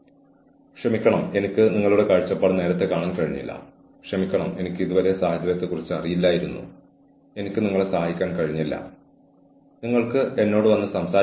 ആരെങ്കിലും മയക്കുമരുന്ന് ദുരുപയോഗം ചെയ്യുന്നുണ്ടെന്ന് നമ്മൾ കണ്ടെത്തുകയാണെങ്കിൽ ഈ ദുരുപയോഗത്തിന്റെ വിശദാംശങ്ങൾ മറ്റ് ഓഫീസ് കമ്മ്യൂണിറ്റികളേയും വ്യക്തിയുടെ സമപ്രായക്കാരേയും അറിയിക്കുന്നില്ലെന്ന് ഉറപ്പാക്കാൻ സാധ്യമായ എല്ലാ നടപടികളും ഞങ്ങൾ സ്വീകരിക്കണം